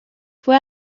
fue